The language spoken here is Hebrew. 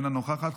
אינה נוכחת,